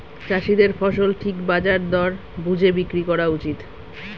চাষীদের ফসল ঠিক বাজার দর বুঝে বিক্রি করা উচিত